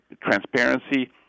transparency